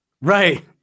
Right